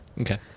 okay